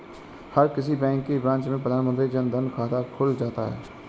हर किसी बैंक की ब्रांच में प्रधानमंत्री जन धन खाता खुल जाता है